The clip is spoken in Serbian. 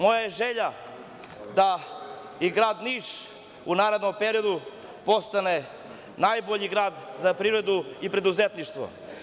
Moja je želja da i grad Niš u narednom periodu postane najbolji grad za privredu i preduzetništvo.